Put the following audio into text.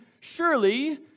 surely